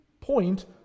point